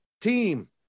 team